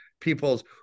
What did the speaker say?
people's